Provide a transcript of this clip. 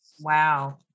Wow